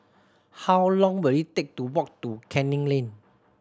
how long will it take to walk to Canning Lane